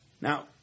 Now